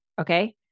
Okay